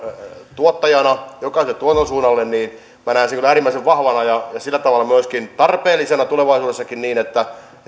tuottajana jokaiselle tuotantosuunnalle minä näen kyllä äärimmäisen vahvana ja sillä tavalla myöskin tarpeellisena tulevaisuudessakin niin että